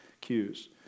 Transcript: cues